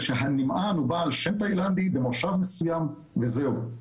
זה שהנמען הוא בעל שם תאילנדי במושב מסוים וזהו,